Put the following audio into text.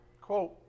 Quote